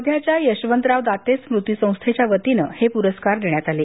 वर्ध्याच्या यशवंतराव दाते स्मृती संस्थेच्यावतीनं हे पुरस्कार देण्यात आले